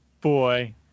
boy